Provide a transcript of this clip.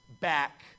back